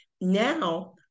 Now